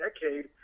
decade